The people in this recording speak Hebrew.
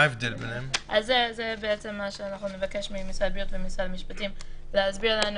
זה מה שנבקש ממשרד הבריאות וממשרד המשפטים להסביר לנו,